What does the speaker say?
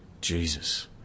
Jesus